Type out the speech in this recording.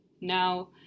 Now